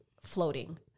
floating